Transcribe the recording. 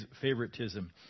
favoritism